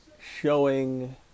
showing